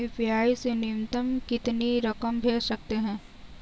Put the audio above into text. UPI से न्यूनतम कितनी रकम भेज सकते हैं?